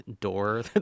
door